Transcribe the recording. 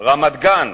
רמת-גן.